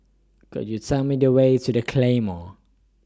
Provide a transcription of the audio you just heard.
Could YOU Tell Me The Way to The Claymore